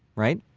right?